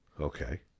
Okay